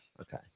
Okay